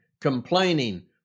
complaining